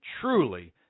truly